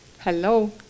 hello